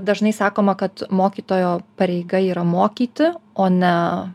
dažnai sakoma kad mokytojo pareiga yra mokyti o ne